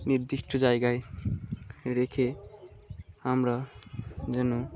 নির্দিষ্ট জায়গায় রেখে আমরা যেন